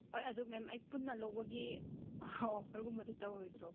ꯍꯣꯏ ꯑꯗꯨ ꯃꯦꯝ ꯑꯩ ꯄꯨꯟꯅ ꯂꯧꯕꯒꯤ ꯑꯣꯐꯔꯒꯨꯝꯕꯗꯤ ꯇꯧꯔꯣꯏꯗ꯭ꯔꯣ